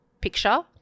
picture